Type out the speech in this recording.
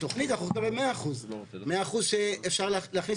בתוכנית אנחנו יכולים לקבל 100% שאפשר להכניס